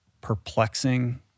perplexing